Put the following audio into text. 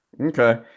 Okay